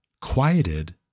quieted